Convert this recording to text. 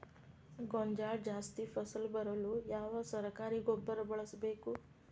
ಗೋಂಜಾಳ ಜಾಸ್ತಿ ಫಸಲು ಬರಲು ಯಾವ ಸರಕಾರಿ ಗೊಬ್ಬರ ಬಳಸಬೇಕು?